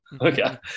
Okay